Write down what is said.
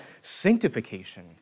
sanctification